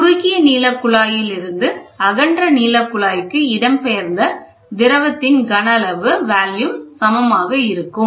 குறுகிய நீள குழாயிலிருந்து அகன்ற நீள குழாய்க்கு இடம் பெயர்ந்த திரவத்தின் கன அளவு சமமாக இருக்கும்